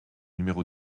numéro